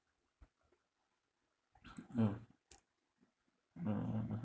mm mm mm mm